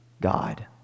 God